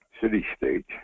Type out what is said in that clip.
city-state